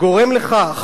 גורם לכך